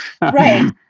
right